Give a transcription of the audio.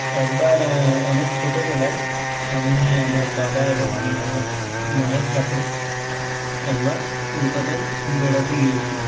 একবার অনেক ছোটোবেলায় আমি আমার বাবা এবং আমি আমার মায়ের সাথে একবার কলকাতায় বেড়াতে গিয়েছিলাম